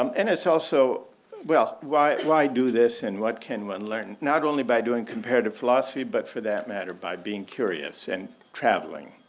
um and it's also well, why why do this and what can we learn not only by doing comparative philosophy but for that matter by being curious and traveling?